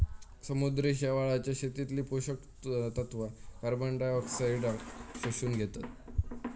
समुद्री शेवाळाच्या शेतीतली पोषक तत्वा कार्बनडायऑक्साईडाक शोषून घेतत